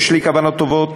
יש לי כוונות טובות,